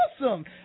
awesome